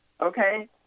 okay